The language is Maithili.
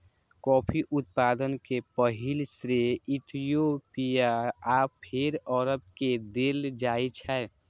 कॉफी उत्पादन के पहिल श्रेय इथियोपिया आ फेर अरब के देल जाइ छै